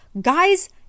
guys